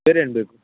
ಬೇರೇನು ಬೇಕು